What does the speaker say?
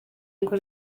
ngo